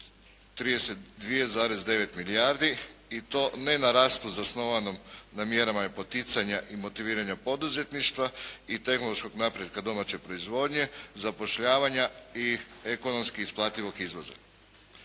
32,9 milijardi. I to ne na rastu zasnovanom na mjerama poticanja i motiviranja poduzetništva i tehnološkog napretka domaće proizvodnje, zapošljavanja i ekonomski isplativog izvoza.